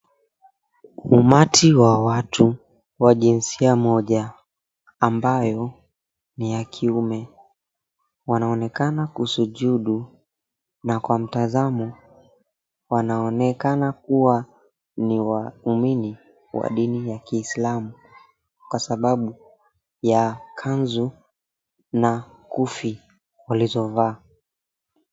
Umati wa watu wa jinsia moja ambayo ni ya kiume, wanaonekana kusujudu na kwa mtazamo wanaonekana kua ni waumini wa dini ya kiislamu kwa sababu ya kanzu na kufi walizovaa.